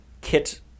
kit